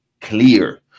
clear